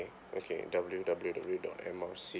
okay W W W dot M R C